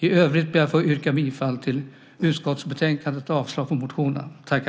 I övrigt ber jag att få yrka bifall till utskottets förslag i betänkandet och avslag på reservationerna.